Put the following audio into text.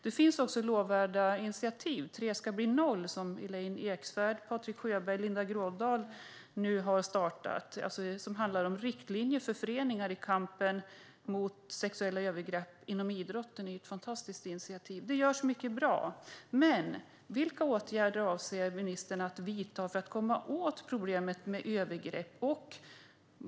Det finns också lovvärda initiativ, till exempel Treskablinoll som Elaine Eksvärd, Patrik Sjöberg och Linda Grådal har startat. Det handlar om riktlinjer för föreningar i kampen mot sexuella övergrepp inom idrotten. Det är ett fantastiskt initiativ, och det görs mycket som är bra. Vilka åtgärder avser ministern att vidta för att komma åt problemet med övergrepp?